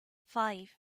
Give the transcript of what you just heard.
five